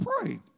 pray